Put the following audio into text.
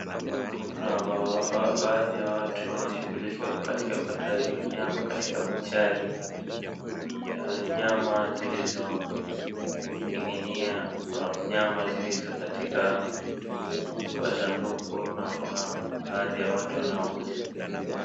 Kuna baadhi ya watu wanashughulikia ukataji wa nyama katika buchari, kuna nyama zilizoning'inia, kuna nyama zilizokatika kwa sanduku na kuna baadhi ya watu wanaouza.